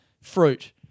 fruit